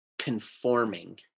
Conforming